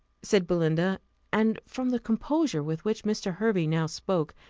said belinda and from the composure with which mr. hervey now spoke,